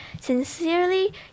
Sincerely